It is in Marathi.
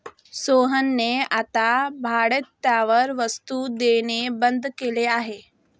सोहनने आता भाडेतत्त्वावर वस्तु देणे बंद केले आहे